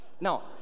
Now